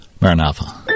Maranatha